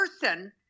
person